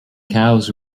cows